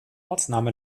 ortsname